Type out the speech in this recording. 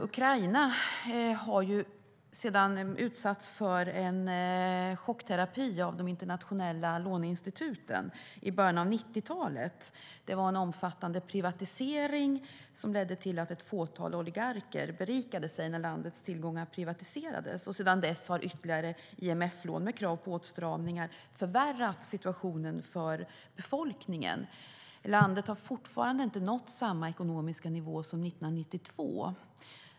Ukraina har utsatts för en chockterapi av de internationella låneinstituten i början av 90-talet. Det var en omfattande privatisering som ledde till att ett fåtal oligarker berikade sig när landets tillgångar privatiserades. Sedan dess har ytterligare IMF-lån med krav på åtstramningar förvärrat situationen för befolkningen. Landet har fortfarande inte nått samma ekonomiska nivå som 1992.